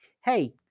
hey